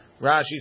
Rashi